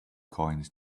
coins